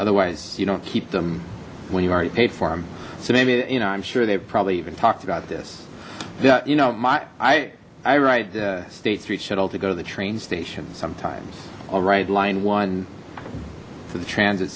otherwise you don't keep them when you already paid for them so maybe you know i'm sure they've probably even talked about this yeah you know my i i ride the state street shuttle to go to the train station sometimes i'll write line one for the transit